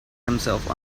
himself